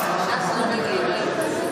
כמו שאמרו בשיר הפלמ"ח,